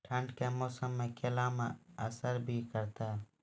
ठंड के मौसम केला मैं असर भी करते हैं?